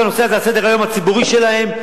הנושא הזה על סדר-היום הציבורי שלהם,